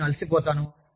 మరియు నేను అలసిపోతాను